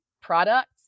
product